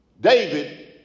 David